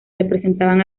representaban